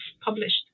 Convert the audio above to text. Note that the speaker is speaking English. published